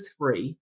three